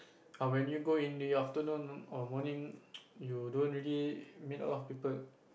when you go in the afternoon or morning you don't really meet a lot of people